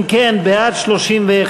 אם כן, בעד, 31,